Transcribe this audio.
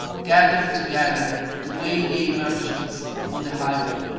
gathered together to waylay merchants on the highway,